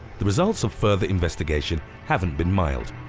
the results of further investigation haven't been mild.